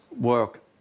work